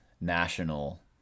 national